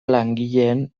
langileen